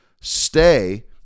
stay